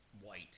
white